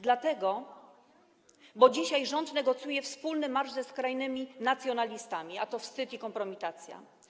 Dlatego, że dzisiaj rząd negocjuje wspólny marsz ze skrajnymi nacjonalistami, a to wstyd i kompromitacja.